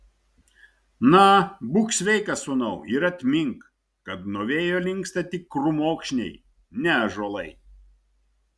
na būk sveikas sūnau ir atmink kad nuo vėjo linksta tik krūmokšniai ne ąžuolai